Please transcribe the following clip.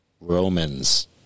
Romans